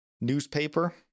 newspaper